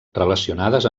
relacionades